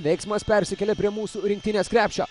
veiksmas persikėlia prie mūsų rinktinės krepšio